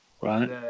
Right